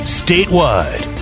statewide